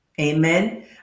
amen